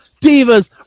Divas